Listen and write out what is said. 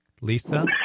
Lisa